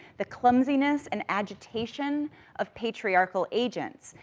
the clumsiness and agitation of patriarchal agents,